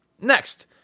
Next